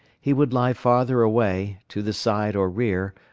he would lie farther away, to the side or rear,